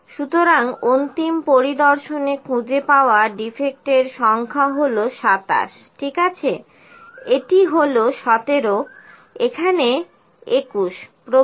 সুতরাং অন্তিম পরিদর্শনে খুঁজে পাওয়া ডিফেক্টের সংখ্যা হল 27 ঠিক আছে এটি হলো 17 এখানে 21 প্রভৃতি